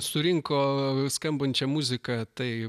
surinko skambančią muziką tai